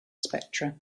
spectra